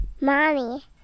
Mommy